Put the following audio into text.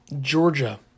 Georgia